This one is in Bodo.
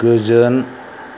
गोजोन